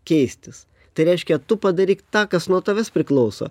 keistis tai reiškia tu padaryk tą kas nuo tavęs priklauso